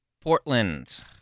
Portland